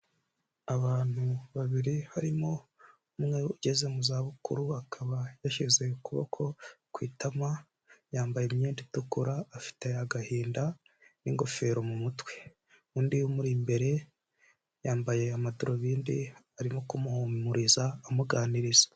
Abantu babiri harimo umwe ugeze mu zabukuru akaba yashyize ukuboko ku itama, yambaye imyenda itukura, afite agahinda n'ingofero mu mutwe. Undi umuri imbere yambaye amadarubindi, arimo kumuhumuriza amuganiriza.